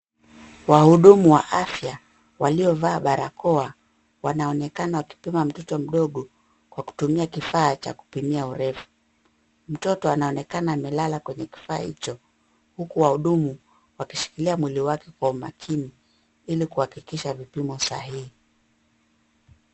Wahudumu wa afya waliovaa barakoa wanaonekana wakipima mtoto mdogo kwa kutumia kifaa cha kupimia urefu. Mtoto anaonekana amelala kwenye kifaa hicho huku wahudumu wakishikilia mwili wake kwa umakini, ili kuhakikisha vipimo sahihi.